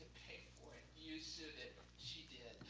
pay for it. you shoot it. she did.